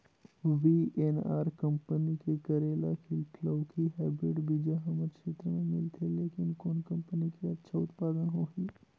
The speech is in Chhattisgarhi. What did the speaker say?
वी.एन.आर कंपनी के करेला की लौकी हाईब्रिड बीजा हमर क्षेत्र मे मिलथे, लेकिन कौन कंपनी के अच्छा उत्पादन होही?